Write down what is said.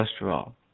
cholesterol